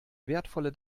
wertvolle